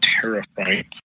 terrifying